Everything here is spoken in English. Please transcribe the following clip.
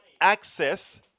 access